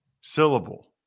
syllable